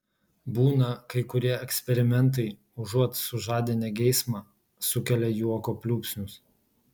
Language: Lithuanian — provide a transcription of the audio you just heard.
būna kai kurie eksperimentai užuot sužadinę geismą sukelia juoko pliūpsnius